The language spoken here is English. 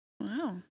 Wow